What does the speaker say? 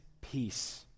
peace